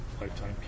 lifetime